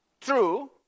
true